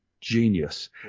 genius